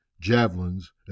javelins